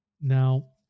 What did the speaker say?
Now